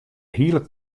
hiele